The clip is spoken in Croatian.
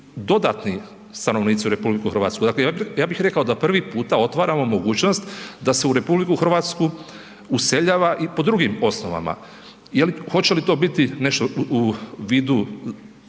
dodatni stanovnici u RH. Dakle, ja bih rekao da prvi puta otvaramo mogućnost da se u RH useljava i po drugim osnovama. Jel hoće li to biti nešto u vidu